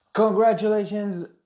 Congratulations